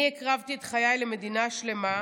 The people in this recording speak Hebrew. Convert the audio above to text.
אני הקרבתי את חיי למדינה שלמה,